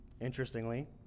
interestingly